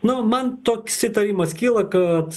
nu man toks įtarimas kyla kad